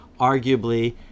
arguably